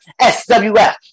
SWF